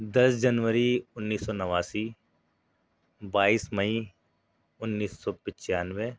دس جنوری اُنیس سو اُناسی بائیس مئی اُنیس سو پچانوے